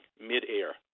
mid-air